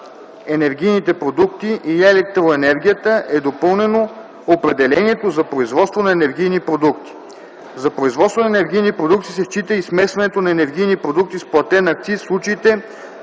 енергийните продукти и електроенергията е допълнено определението за производство на енергийни продукти. За производство на енергийни продукти се счита и смесването на енергийни продукти с платен акциз в случаите,